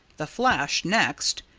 the flash next,